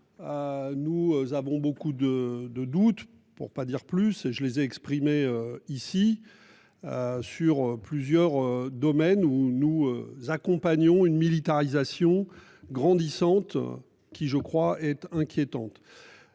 Nous avons beaucoup de de doute pour pas dire plus, et je les ai exprimées ici. Sur plusieurs domaines où nous accompagnons une militarisation grandissante qui je crois est inquiétante.